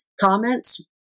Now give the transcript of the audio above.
comments